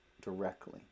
directly